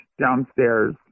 downstairs